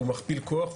הוא מכפיל כוח,